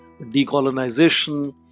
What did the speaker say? decolonization